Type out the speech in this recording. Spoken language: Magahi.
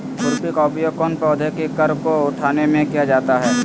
खुरपी का उपयोग कौन पौधे की कर को उठाने में किया जाता है?